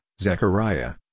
Zechariah